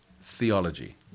theology